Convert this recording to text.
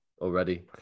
already